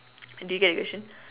do you get the question